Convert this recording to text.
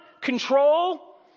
control